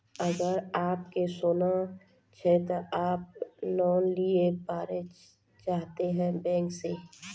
अगर आप के सोना छै ते आप लोन लिए पारे चाहते हैं बैंक से?